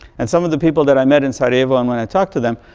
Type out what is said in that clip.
and some of the people that i met in sarajevo, and when i talk to them,